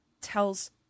tells